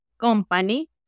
company